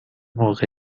موقع